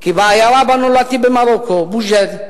כי בעיירה שבה נולדתי במרוקו, בוז'אד,